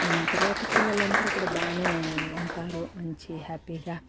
తర్వాత పిల్లలందరూ కూడా బాగానే ఉంటారు మంచి హ్యాపీగా